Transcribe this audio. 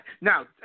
Now